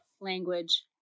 language